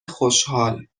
خوشحال